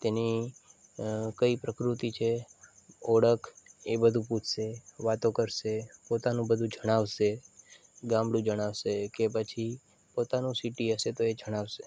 તેની કઈ પ્રકૃતિ છે ઓળખ એ બધું પૂછશે વાતો કરશે પોતાનું બધું જણાવશે ગામડું જણાવશે કે પછી પોતાનું સિટી હશે તો એ જણાવશે